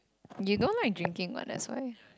you don't like drinking what that's why